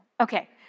Okay